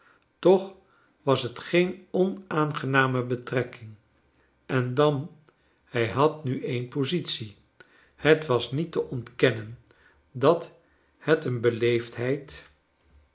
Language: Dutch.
toch was het geen onaangename betrekking en dan hij had nu een positie het was niet te ontkennen dat het een